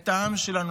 את העם שלנו,